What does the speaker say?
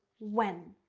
when.